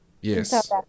Yes